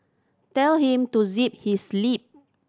tell him to zip his lip